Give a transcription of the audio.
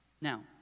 Now